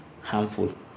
harmful